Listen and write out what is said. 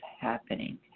happening